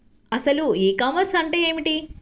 అసలు ecommerce అంటే ఏమిటి?